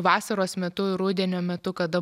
vasaros metu ir rudenio metu kada